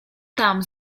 tam